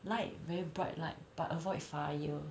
like very bright light but avoid fire